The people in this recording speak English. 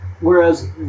Whereas